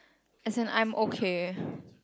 as in I'm okay